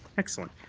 excellent.